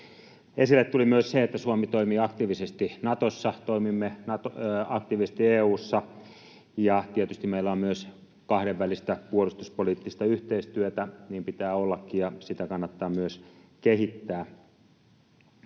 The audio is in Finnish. Esille tuli myös se, että Suomi toimii aktiivisesti Natossa, toimimme aktiivisesti EU:ssa ja tietysti meillä on myös kahdenvälistä puolustuspoliittista yhteistyötä. Niin pitää ollakin, ja sitä kannattaa myös kehittää.